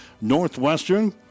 Northwestern